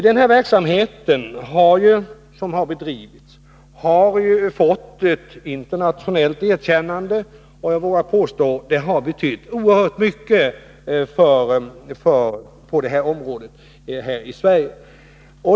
Den verksamhet som har bedrivits har fått internationellt erkännande, och jag vågar påstå att den har betytt oerhört mycket på det här området här i Sverige.